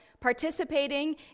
participating